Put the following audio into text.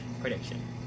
prediction